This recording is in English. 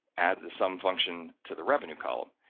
add the sum function to the revenue column,